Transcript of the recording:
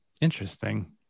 Interesting